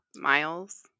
Miles